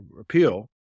appeal